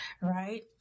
right